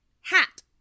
Hat